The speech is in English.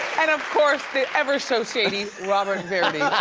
and of course the ever so shady robert verdi.